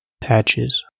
patches